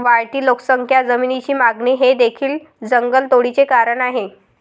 वाढती लोकसंख्या, जमिनीची मागणी हे देखील जंगलतोडीचे कारण आहे